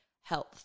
health